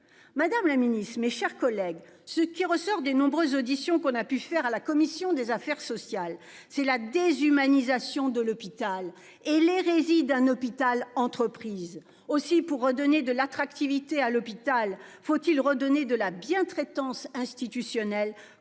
Madame la Ministre, mes chers collègues. Ce qui ressort des nombreuses auditions qu'on a pu faire à la commission des affaires sociales. C'est la déshumanisation de l'hôpital et les réside un hôpital entreprise aussi pour redonner de l'attractivité à l'hôpital. Faut-il redonner de la bientraitance institutionnel